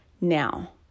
Now